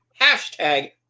hashtag